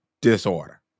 disorder